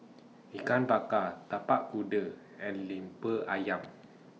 Ikan Bakar Tapak Kuda and Lemper Ayam